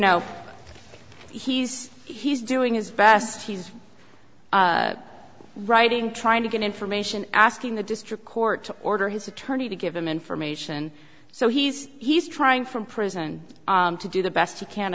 know he's he's doing his best he's writing trying to get information asking the district court to order his attorney to give him information so he's he's trying from prison to do the best he can